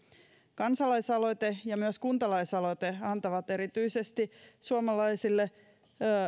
kansalaisaloite ja myös kuntalaisaloite antavat äänen erityisesti suomalaisille